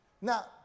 Now